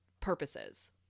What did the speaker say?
purposes